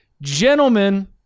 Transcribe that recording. Gentlemen